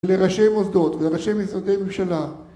לראשי מוסדות ולראשי משרדי ממשלה.